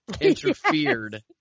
interfered